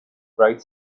bright